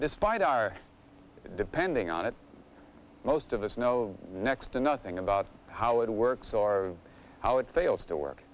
despite our depending on it most of us know next to nothing about how it works or how it fails to work